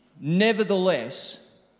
Nevertheless